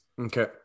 Okay